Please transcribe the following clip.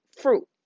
fruit